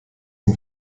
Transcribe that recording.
ihm